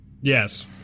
Yes